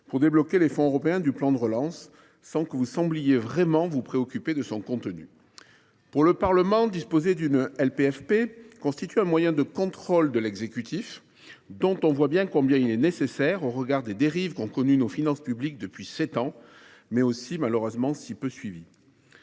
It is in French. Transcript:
pour débloquer les fonds européens du plan de relance, sans qu’il semble vraiment se préoccuper de son contenu. Pour le Parlement, disposer d’une LPFP constitue un moyen de contrôle de l’exécutif, dont on voit combien il est nécessaire au regard des dérives qu’ont connues nos finances publiques depuis sept ans, mais qui est aussi malheureusement très peu suivi.